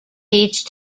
each